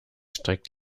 streckt